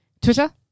Twitter